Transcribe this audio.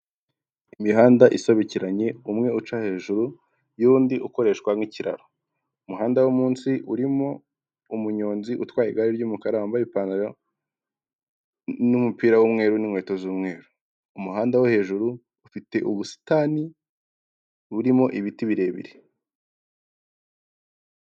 Imihanda isobekeranye umwe uca hejuru y'undi ukoreshwa nk'ikiraro. Umuhanda wo munsi urimo umunyonzi utwaraye igare ry'umukara wambaye ipantaro n'umupira w'umweru n'inkweto z'umweru, umuhanda wo hejuru ufite ubusitani burimo ibiti birebire.